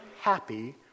happy